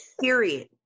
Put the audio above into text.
period